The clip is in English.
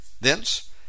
Thence